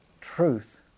truth